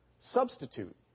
substitute